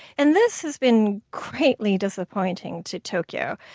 and this has been greatly disappointing to tokyo.